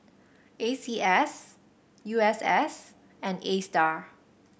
A C S U S S and Astar